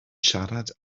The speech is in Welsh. siarad